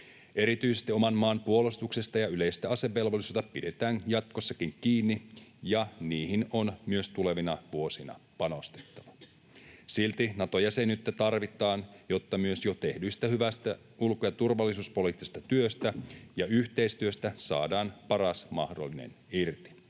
Erityisesti oman maan puolustuksesta ja yleisestä asevelvollisuudesta pidetään jatkossakin kiinni, ja niihin on myös tulevina vuosina panostettava. Silti Nato-jäsenyyttä tarvitaan, jotta myös jo tehdystä hyvästä ulko- ja turvallisuuspoliittisesta työstä ja yhteistyöstä saadaan paras mahdollinen irti.